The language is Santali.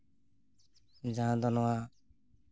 ᱡᱟᱦᱟᱸ ᱫᱚ ᱱᱚᱣᱟ